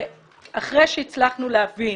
ואחרי שהצלחנו להבין